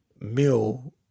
Mill